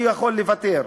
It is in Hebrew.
אני יכול לוותר,